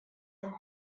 the